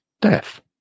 death